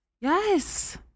Yes